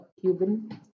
Cuban